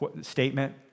statement